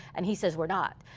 and he says we're not.